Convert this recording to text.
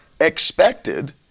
expected